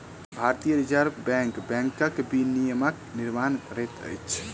भारतीय reserve bank बैंकक विनियमक निर्माण करैत अछि